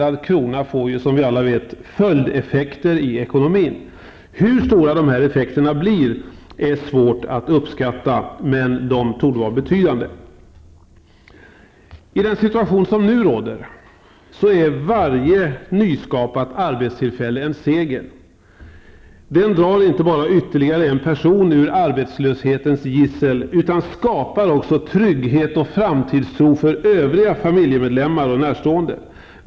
Som vi alla vet får varje spenderad krona följdeffekter i ekonomin. Hur stora dessa effekter blir är svårt att uppskatta, men de torde vara betydande. I den situation som nu råder är varje nyskapat arbetstillfälle en seger. Ett nytt arbetstillfälle drar inte bara ytterligare en person ur arbetslöshetens gissel, utan det skapar också trygghet och framtidstro för övriga familjemedlemmar och närstående.